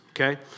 okay